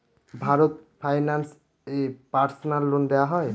Bharat finance এ personal loan দেওয়া হয়?